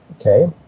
Okay